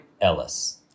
Ellis